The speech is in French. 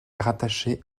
rattachés